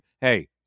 hey